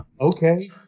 Okay